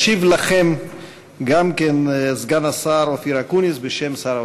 ישיב לכם גם כן סגן השר אופיר אקוניס בשם שר האוצר.